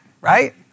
right